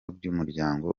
by’umuryango